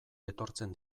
etortzen